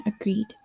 agreed